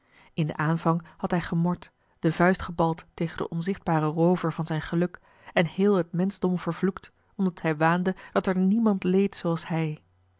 in den aanvang had hij gemord de vuist gebald tegen den onzichtbaren roover van zijn geluk en heel het menschdom vervloekt omdat hij waande dat er niemand leed zooals hij